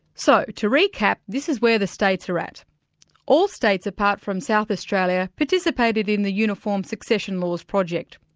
so, to recap this is where the states are at all states, apart from south australia participated in the uniform succession laws project.